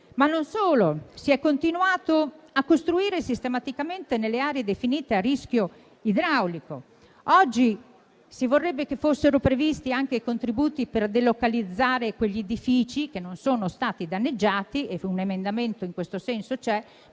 Per di più si è continuato a costruire sistematicamente nelle aree definite a rischio idraulico. Oggi si vorrebbe che fossero previsti anche contributi per delocalizzare quegli edifici che non sono stati danneggiati - e un emendamento in questo senso c'è